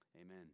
amen